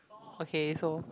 okay so